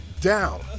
down